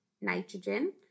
nitrogen